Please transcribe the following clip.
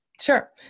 Sure